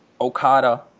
Okada